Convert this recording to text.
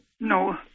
No